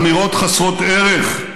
אמירות חסרות ערך.